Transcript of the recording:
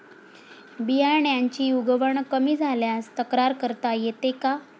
बियाण्यांची उगवण कमी झाल्यास तक्रार करता येते का?